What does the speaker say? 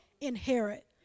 inherit